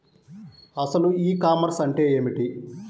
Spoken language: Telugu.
అసలు ఈ కామర్స్ అంటే ఏమిటి?